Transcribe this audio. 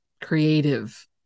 creative